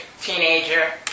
teenager